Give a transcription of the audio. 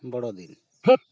ᱵᱚᱲ ᱫᱤᱱ